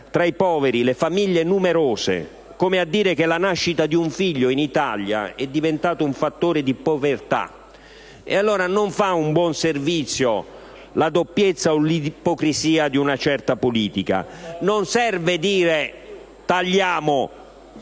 nuovi poveri le famiglie numerose (come a dire che la nascita di un figlio in Italia è diventata un fattore di povertà), non fa un buon servizio la doppiezza e l'ipocrisia di una certa politica. Non serve dire «tagliamo»,